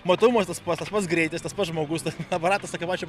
matomumas tas pats tas pats greitis tas pats žmogus tas aparatas tokio pačio